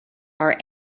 are